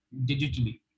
digitally